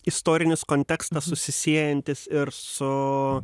istorinis kontekstas susisiejantis ir su